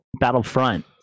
Battlefront